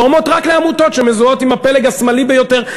תורמות רק לעמותות שמזוהות עם הפלג השמאלי ביותר.